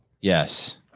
Yes